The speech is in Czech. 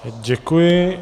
Děkuji.